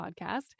podcast